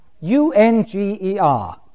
U-N-G-E-R